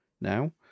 now